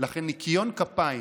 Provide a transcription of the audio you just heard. לכן ניקיון כּפיים.